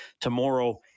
tomorrow